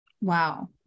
Wow